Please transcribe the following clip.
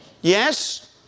Yes